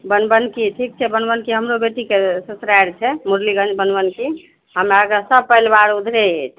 बनबनकी ठीक छै बनबनकी हमरो बेटीके ससुरारि छै मुरलीगंज बनबनकी हमराअरके सभ परिवार ऊधरे अइ